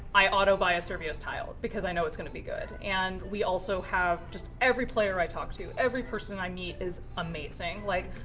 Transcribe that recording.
i autobuy a survios title, because i know it's going to be good. and we also have just every player i talk to, every person i meet, is amazing. like,